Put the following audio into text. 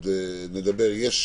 נדבר על זה בהמשך.